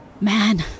Man